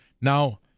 Now